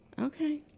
Okay